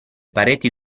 pareti